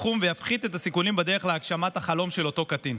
בתחום ויפחית את הסיכונים בדרך להגשמת החלום של אותו קטין.